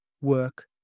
work